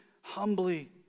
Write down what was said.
humbly